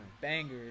bangers